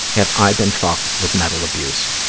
have i been fucked with mental abuse.